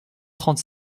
trente